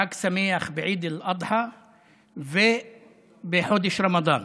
חג שמח בעיד אל-אדחא ובחודש רמדאן.